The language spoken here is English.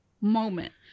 moment